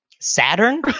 Saturn